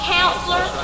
Counselor